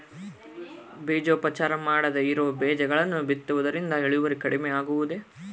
ಬೇಜೋಪಚಾರ ಮಾಡದೇ ಇರೋ ಬೇಜಗಳನ್ನು ಬಿತ್ತುವುದರಿಂದ ಇಳುವರಿ ಕಡಿಮೆ ಆಗುವುದೇ?